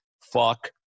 fuck